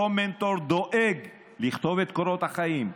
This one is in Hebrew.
אותו מנטור דואג לכתוב את קורות החיים,